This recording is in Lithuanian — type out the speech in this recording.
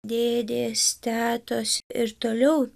dėdės tetos ir toliau